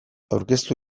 aurkeztu